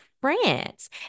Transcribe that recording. France